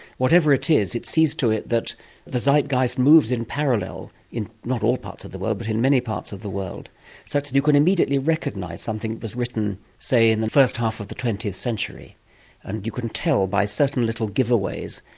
whatever it is, it sees to it that the zeitgeist moves in parallel in. not all parts of the world but in many parts of the world such that you can immediately recognise something that was written, say, in the first half of the twentieth century and you can tell by certain little giveaways,